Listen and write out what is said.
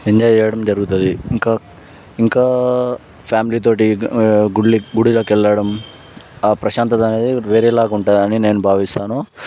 enjoy చేయడం జరుగుతుంది ఇంకా ఇంకా ఫ్యామిలీ తోటి గుడిల గుడులకి వెళ్లడం ఆ ప్రశాంతత అనేది వేరే లాగా ఉంటుందని నేను భావిస్తున్నాను